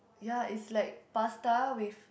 ya is like pasta with